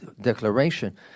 declaration